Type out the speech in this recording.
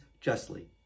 justly